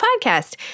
podcast